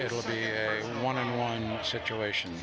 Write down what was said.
it'll be a one on one situation